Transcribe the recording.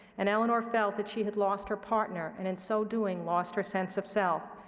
and eleanor felt that she had lost her partner, and in so doing lost her sense of self.